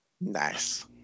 Nice